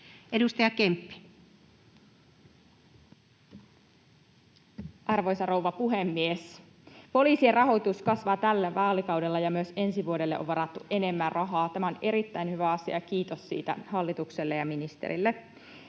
Content: Arvoisa rouva puhemies! Poliisien rahoitus kasvaa tällä vaalikaudella, ja myös ensi vuodelle on varattu enemmän rahaa. Tämä on erittäin hyvä asia, ja kiitos siitä hallitukselle ja ministerille.